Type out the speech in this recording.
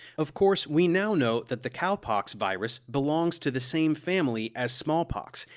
of course, we now know that the cowpox virus belongs to the same family as smallpox,